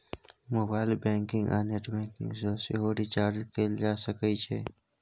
mobile banking आ net banking सँ सेहो रिचार्ज कएल जा सकै छै